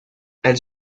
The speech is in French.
elle